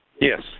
Yes